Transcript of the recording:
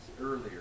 earlier